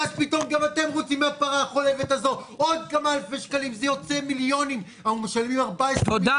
אז אמרו שלא, אותו זמן הם לא יישמו את זה.